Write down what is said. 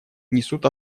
несут